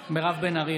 נוכח מירב בן ארי,